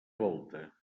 volta